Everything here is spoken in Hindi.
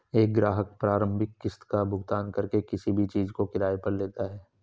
एक ग्राहक प्रारंभिक किस्त का भुगतान करके किसी भी चीज़ को किराये पर लेता है